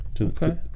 Okay